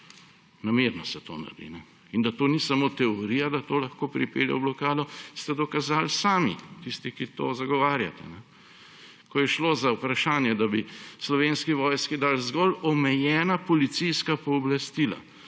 Namerno se to naredi. In da to ni samo teorija, da to lahko pripelje v blokado, ste dokazali sami, tisti, ki to zagovarjate. Ko je šlo za vprašanje, da bi Slovenski vojski dali zgolj omejena policijska pooblastila,